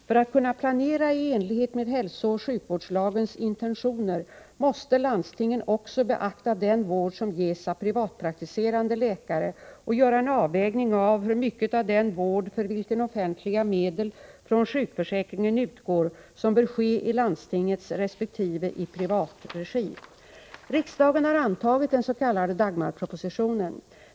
För att kunna planera i enlighet med hälsooch sjukvårdslagens intentioner måste landstingen också beakta den vård som ges av privatpraktiserande läkare och göra en avvägning av hur mycket av den vård för vilken offentliga medel från sjukförsäkringen utgår som bör ske i landstingets resp. i privat regi. Riksdagen har antagit den s.k. Dagmarpropositionen.